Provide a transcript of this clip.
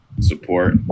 support